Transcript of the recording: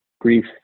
grief